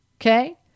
okay